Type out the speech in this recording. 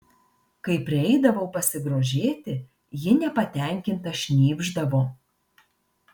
kai prieidavau pasigrožėti ji nepatenkinta šnypšdavo